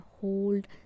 hold